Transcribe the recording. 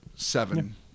Seven